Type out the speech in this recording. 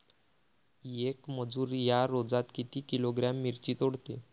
येक मजूर या रोजात किती किलोग्रॅम मिरची तोडते?